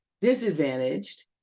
disadvantaged